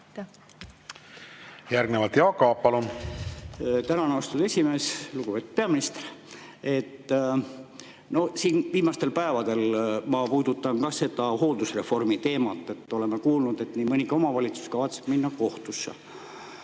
Järgnevalt Jaak Aab, palun! Tänan, austatud esimees! Lugupeetud peaminister! Viimastel päevadel – ma puudutan ka seda hooldusreformi teemat – oleme kuulnud, et nii mõnigi omavalitsus kavatseb minna kohtusse.